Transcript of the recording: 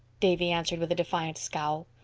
davy answered with a defiant scowl.